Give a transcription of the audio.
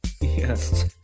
Yes